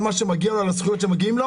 על הזכויות שמגיעות לו.